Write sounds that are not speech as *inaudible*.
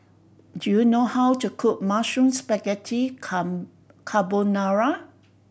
do you know how to cook Mushroom Spaghetti *unintelligible* Carbonara